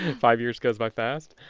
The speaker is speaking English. and five years go by fast.